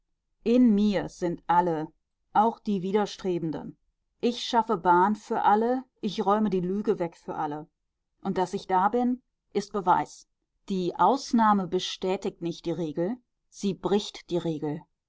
in mir sind alle auch die widerstrebenden ich schaffe bahn für alle ich räume die lüge weg für alle und daß ich da bin ist beweis die ausnahme bestätigt nicht die regel sie bricht die regel